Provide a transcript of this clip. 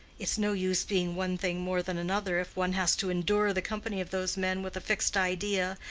it's no use being one thing more than another if one has to endure the company of those men with a fixed idea,